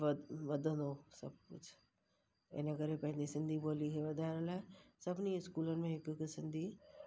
वध वधंदो सभु कुझु इन करे पंहिंजी सिंधी ॿोली खे वधाइण लाइ सभिनी स्कुलनि में हिकु हिकु सिंधी